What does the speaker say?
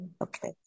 Okay